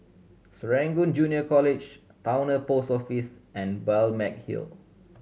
Serangoon Junior College Towner Post Office and Balmeg Hill